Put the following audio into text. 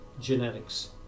genetics